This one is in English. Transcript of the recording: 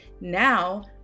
now